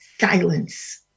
silence